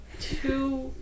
two